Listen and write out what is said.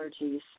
allergies